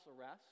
arrest